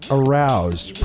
aroused